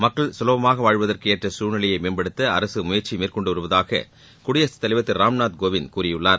மக்கள் சுலபமாக வாழ்வதற்கு ஏற்ற சூழ்நிலையை மேம்படுத்த அரசு முயற்சி மேற்கொண்டுள்ளதாக குடியரசுத் தலைவர் திரு ராம்நாத் கோவிந்த் கூறியுள்ளார்